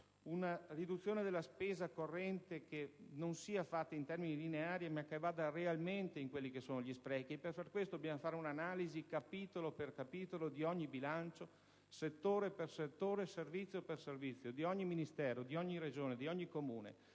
una riduzione della spesa corrente che non sia fatta in termini lineari ma che vada realmente ad incidere sugli sprechi. Per fare questo dobbiamo fare un'analisi, capitolo per capitolo, di ogni bilancio, settore per settore, servizio per servizio di ogni Ministero, di ogni Regione e Comune